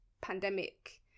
pandemic